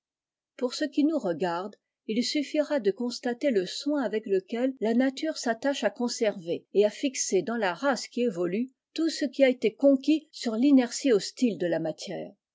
pour ce qui nous regarde il suffira de constater le soin avec lequel la nature s'attache à conserver et à fixer dans la race qui évolue tout ce qui a été conquis sur l'inertie hostile de la matière